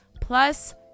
plus